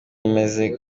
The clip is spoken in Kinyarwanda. amaze